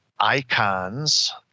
Icons